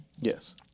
Yes